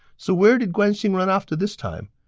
so where did guan xing run off to this time?